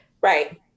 right